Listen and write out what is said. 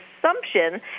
assumption